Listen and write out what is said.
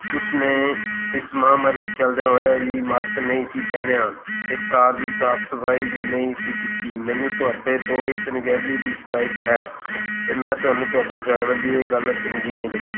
ਉਸ ਨੇ ਇਸ ਮਹਾਂਮਾਰੀ ਦੇ ਚੱਲਦਿਆ ਹੋਇਆ ਵੀ ਮਾਸਕ ਨਹੀਂ ਸੀ ਪਹਿਨਿਆ ਅਤੇ ਕਾਰ ਦੀ ਸਾਫ਼ ਸਫ਼ਾਈ ਵੀ ਨਹੀਂ ਸੀ ਕੀਤੀ ਮੈਨੂੰ ਤੁਹਾਡੇ ਤੋਂ ਇਸ ਅਣਗਹਿਲੀ ਦੀ ਸ਼ਿਕਾਇਤ ਹੈ ਅਤੇ ਮੈਂ ਤੁਹਾਨੂੰ ਤੁਹਾਡੇ ਡਰਾਈਵਰ ਦੀ ਇਹ ਗੱਲ ਚੰਗੀ ਨਹੀਂ ਲੱਗੀ